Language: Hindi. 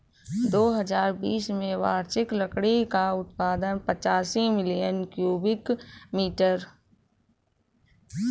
दो हजार बीस में वार्षिक लकड़ी का उत्पादन पचासी मिलियन क्यूबिक मीटर था